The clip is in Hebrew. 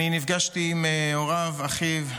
נפגשתי עם הוריו, אחיו,